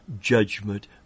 judgment